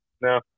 no